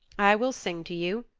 i will sing to you,